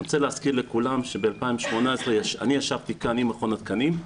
אני רוצה להזכיר לכולם שב-2018 אני ישבתי כאן עם מכון התקנים,